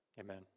amen